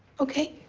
okay.